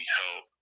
help